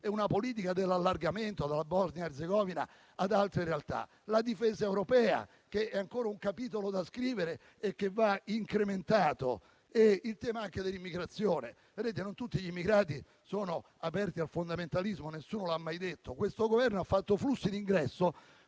e una politica dell'allargamento dalla Bosnia-Erzegovina ad altre realtà. Pensiamo ancora alla difesa europea, un capitolo da scrivere che va incrementato, e al tema dell'immigrazione. Non tutti gli immigrati sono aperti al fondamentalismo. Nessuno l'ha mai detto. Questo Governo ha fatto flussi di ingresso